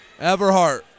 Everhart